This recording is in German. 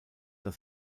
das